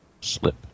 Slip